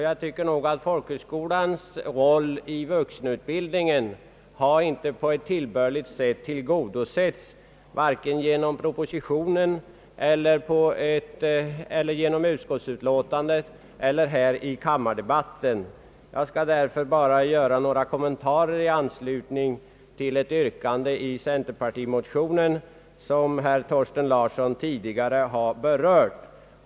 Jag tycker nog att folkhögskolans roll i vuxenutbildningen inte på ett tillbörligt sätt har tillgodosetts vare sig genom propositionen, utskottsutlåtandet eller här i kammardebatten. Jag vill därför göra några kommentarer i anslutning till det yrkande i centerpartimotionen som herr Thorsten Larsson tidigare har berört.